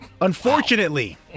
Unfortunately